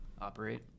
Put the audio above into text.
operate